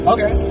Okay